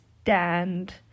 stand